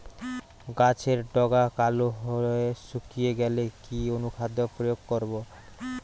গাছের ডগা কালো হয়ে শুকিয়ে গেলে কি অনুখাদ্য প্রয়োগ করব?